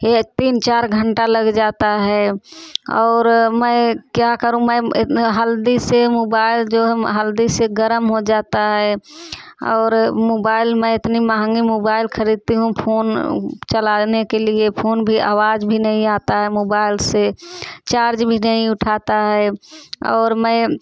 ये तीन चार घंटा लग जाता है और मैं क्या करूँ मैं इतने जल्दी से मोबाइल जो जल्दी से गर्म हो जाता है और मोबाइल में इतनी महंगी मोबाइल खरीदती हूँ फ़ोन चलाने के लिए फ़ोन भी आवाज भी नहीं आता है मोबाइल से चार्ज भी नहीं उठाता है और मैं